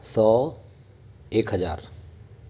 सौ एक हज़ार